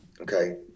okay